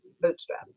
bootstrap